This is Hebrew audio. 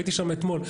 הייתי שם אתמול.